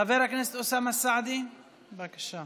חבר הכנסת אוסאמה סעדי, בבקשה,